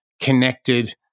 connected